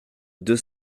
deux